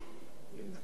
כבודו ידבר.